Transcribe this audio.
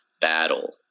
battle